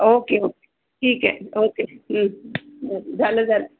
okay okay ठीक आहे okay झालं झालं